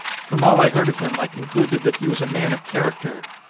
from all i heard of him i concluded that he was a man of character.